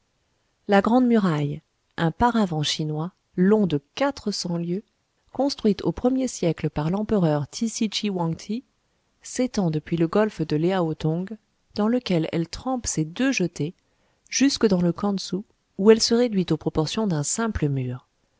la grande muraille un paravent chinois long de quatre cents lieues construite au e siècle par l'empereur tisi chi houangti s'étend depuis le golfe de léao tong dans lequel elle trempe ses deux jetées jusque dans le kan sou où elle se réduit aux proportions d'un simple mur